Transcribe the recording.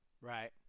right